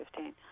2015